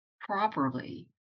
properly